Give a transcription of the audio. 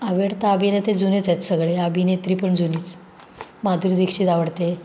आवडता अभिनेते जुनेच आहेत सगळे अभिनेत्री पण जुनेच माधुरी दीक्षित आवडते